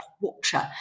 watcher